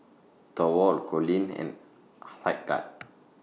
Thorwald Coleen and Hildegard